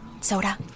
Soda